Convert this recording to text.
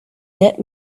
that